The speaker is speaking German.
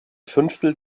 fünftel